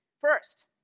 First